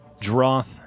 Droth